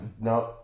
No